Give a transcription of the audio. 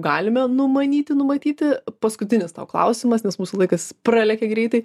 galime numanyti numatyti paskutinis klausimas nes mūsų laikas pralekia greitai